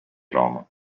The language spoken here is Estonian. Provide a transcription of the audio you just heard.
looma